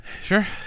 Sure